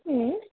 হুম